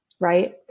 right